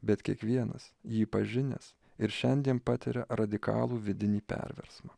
bet kiekvienas jį pažinęs ir šiandien patiria radikalų vidinį perversmą